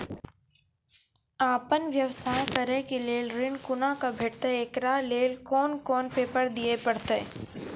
आपन व्यवसाय करै के लेल ऋण कुना के भेंटते एकरा लेल कौन कौन पेपर दिए परतै?